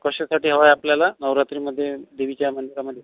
कशासाठी हवं आहे आपल्याला नवरात्रीमध्ये देवीच्या मंदिरामध्ये